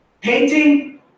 Painting